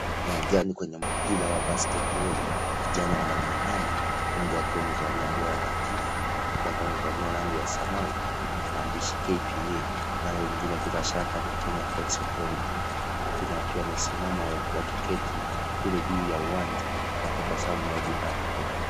Uwanjani kwenye mpira wa basketi boli vijana wanamenyana mmoja akiwa amevalia nguo ya kijivu mwingine akiwa amevalia rangi ya samawi yenye maandishi KPA nao wengine bilashaka ni kenya pots authority wengine wakiwa wamesimama wakiketi kule juu ya uwanja wakitazama meji paa kuu.